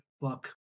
book